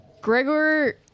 Gregor